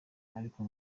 ariko